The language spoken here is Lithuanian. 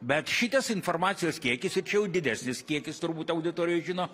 bet šitas informacijos kiekis ir čia jau didesnis kiekis turbūt auditorija žino